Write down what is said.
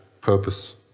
purpose